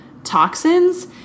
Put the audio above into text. toxins